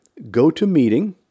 GoToMeeting